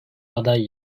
aday